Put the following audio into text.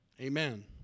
Amen